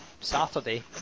Saturday